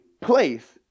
place